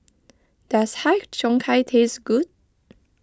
does Har Cheong Gai taste good